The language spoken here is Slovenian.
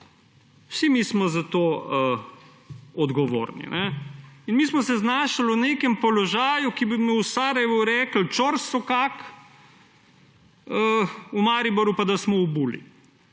Vsi mi smo za to odgovorni. Mi smo se znašli v nekem položaju, ki bi mu v Sarajevu rekli ćorsokak, v Mariboru pa da smo v buli.